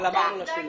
אבל אמרנו לה שלא.